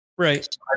Right